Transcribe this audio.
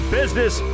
business